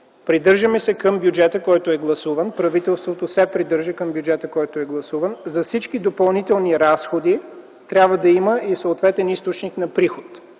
придържаме се към гласувания бюджет, правителството се придържа към бюджета, който е гласуван. За всички допълнителни разходи трябва да има и съответен източник на приход.